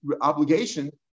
obligation